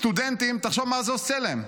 סטודנטים, תחשוב מה זה עושה להם.